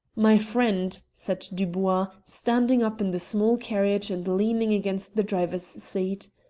my friend, said dubois, standing up in the small carriage and leaning against the driver's seat,